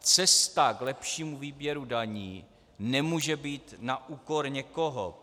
Cesta k lepšímu výběru daní ale nemůže být na úkor někoho.